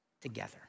together